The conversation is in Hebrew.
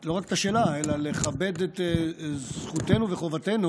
לא רק את השאלה אלא לכבד את זכותנו וחובתנו,